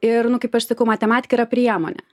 ir nu kaip aš sakau matematika yra priemonė